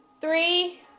Three